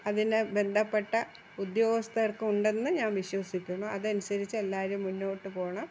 അതിന് ബന്ധപ്പെട്ട ഉദ്യോഗസ്ഥർക്കും ഉണ്ടെന്ന് ഞാൻ വിശ്വസിക്കുന്നു അതനുസരിച്ച് എല്ലാവരും മുന്നോട്ട് പോകണം